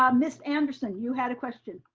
um miss anderson, you had a question?